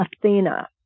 Athena